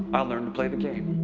i learned to play the game.